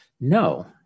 no